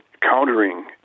countering